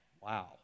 Wow